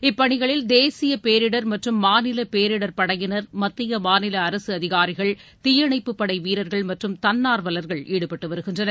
இப்பணிகளில் தேசிய பேரிடர் மற்றும் மாநில பேரிடர் படையினர் மத்திய மாநில அரசு அதிகாரிகள் தீயணைப்புப் படை வீரர்கள் மற்றும் தன்னார்வலர்கள் ஈடுபட்டு வருகின்றனர்